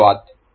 धन्यवाद